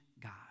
God